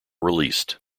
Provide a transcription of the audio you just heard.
released